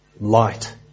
light